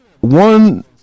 one